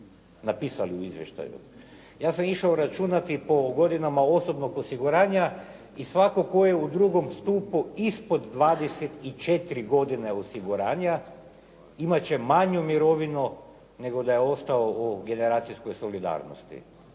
napisali u izvještaju. Ja sam išao računati po godinama osobnog osiguranja i svatko tko je u drugom stupu ispod 24 godine osiguranja imat će manju mirovinu nego da je ostao u generacijskoj solidarnosti.